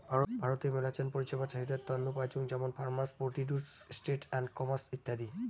ভারতে মেলাছেন পরিষেবা চাষীদের তন্ন পাইচুঙ যেমন farmer produce trade and commerce ইত্যাদি